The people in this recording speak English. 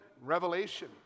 revelation